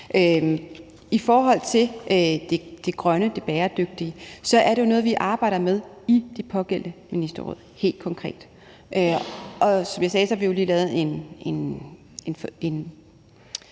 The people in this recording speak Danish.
I forhold til det grønne, det bæredygtige, er det noget, vi helt konkret arbejder med i de pågældende ministerråd. Og som jeg sagde, har vi jo lige lavet en